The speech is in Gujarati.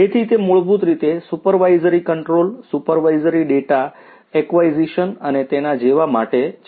તેથી તે મૂળભૂત રીતે supervisory control supervisory data acquisition અને તેના જેવા માટે છે